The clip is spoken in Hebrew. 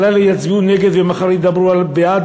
הלילה יצביעו נגד ומחר ידברו על בעד,